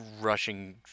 rushing